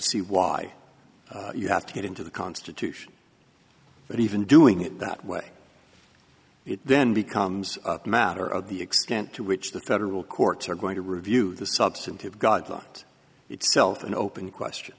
see why you have to get into the constitution but even doing it that way it then becomes a matter of the extent to which the federal courts are going to review the substantive got itself an open question